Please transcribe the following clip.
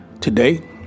Today